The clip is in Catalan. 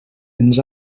ens